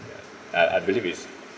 ya I I believe it's